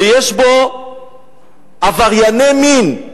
ויש בו עברייני מין.